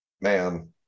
Man